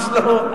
ממש לא.